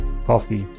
coffee